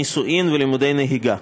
נישואים ולימודי נהיגה.